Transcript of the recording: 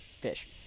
Fish